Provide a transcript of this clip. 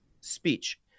speech